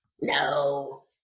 No